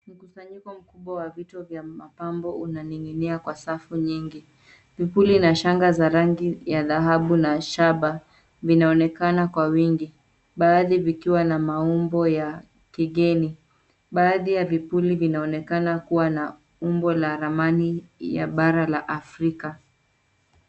Mkusanyiko mkubwa wa vitu vya mapambo unaning'inia kwa safu nyingi. Vipuri na shanga za rangi ya dhahabu na shaba vinaonekana kwa wingi, baadhi vikiwa na maumbo ya kigeni. Baadhi ya vipuri vinaonekana kuwa na umbo la ramani ya bara la Afrika.